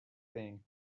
thing